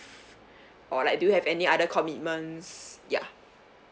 or like do you have any other commitments ya